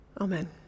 Amen